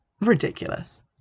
ridiculous